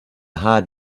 hard